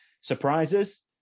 Surprises